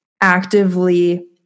actively